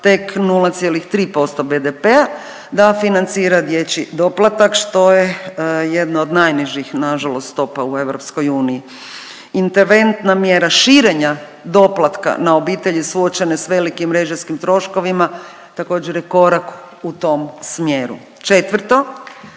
tek 0,3% BDP-a da financira dječji doplatak što je jedna od najnižih nažalost stopa u EU. Interventna mjera širenja doplatka na obitelji suočene s velikim režijskim troškovima također je korak u tom smjeru. Četvrto,